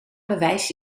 bewijs